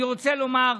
אני רוצה לומר,